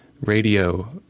radio